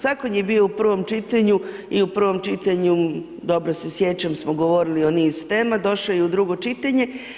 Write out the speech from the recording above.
Zakon je bio u prvom čitanju i u prvom čitanju dobro se sjećam se govorili o niz tema, došlo je i u drugo čitanje.